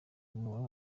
umuntu